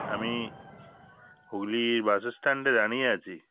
আমি হুগলি বাসের স্ট্যান্ডে দাঁড়িয়ে আছি